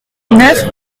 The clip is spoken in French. neuf